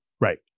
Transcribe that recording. right